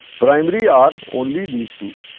primary are only these two